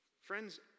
Friends